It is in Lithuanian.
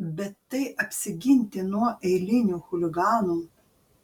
bet tai apsiginti nuo eilinių chuliganų